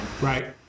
Right